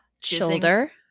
shoulder